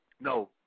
no